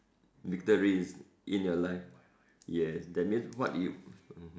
victories in your life yes that means what you mmhmm